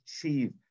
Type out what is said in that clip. achieve